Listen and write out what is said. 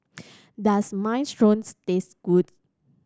does Minestrone taste good